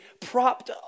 propped